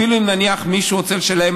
אפילו אם נניח מישהו רוצה לשלם